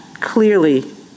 clearly—